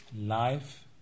Life